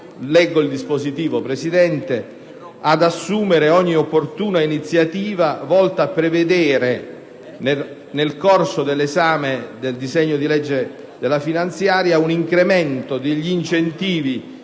il Governo ad assumere ogni opportuna iniziativa volta a prevedere, nel corso dell'esame del disegno di legge finanziaria, un incremento degli incentivi